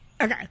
Okay